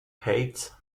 heights